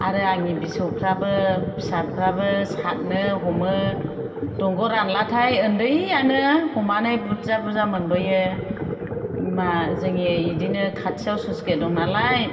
आरो आंनि फिसौफ्राबो फिसाफ्राबो सादनो हमो दंग' रानब्लाथाय उन्दैआनो हमनानै बुरजा बुरजा मोनबोयो मा जोंनि बेदिनो खाथियाव स्लुइस गेट दं नालाय